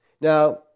Now